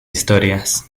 historias